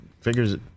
figures